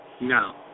No